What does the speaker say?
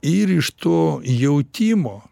įrištu jautimo